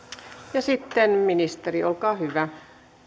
ja sitten ministeri olkaa hyvä